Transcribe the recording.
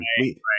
Right